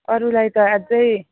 अरूलाई त अझै